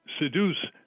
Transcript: seduce